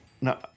No